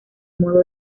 modo